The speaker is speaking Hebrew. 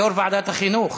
יו"ר ועדת החינוך,